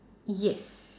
yes